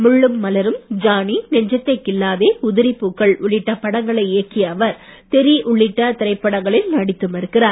முள்ளும் மலரும் ஜானி நெஞ்சத்தை கிள்ளாதே உதிரிப் பூக்கள் உள்ளிட்ட படங்களை இயக்கிய அவர் தெறி உள்ளிட்ட திரைப்படங்களில் நடித்தும் இருக்கிறார்